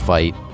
Fight